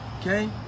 Okay